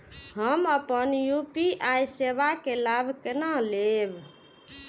हम अपन यू.पी.आई सेवा के लाभ केना लैब?